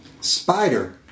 spider